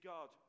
God